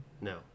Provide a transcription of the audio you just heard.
No